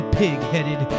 pig-headed